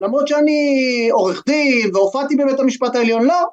למרות שאני עורך דין והופעתי בבית המשפט העליון לא